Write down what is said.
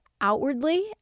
outwardly